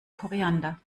koriander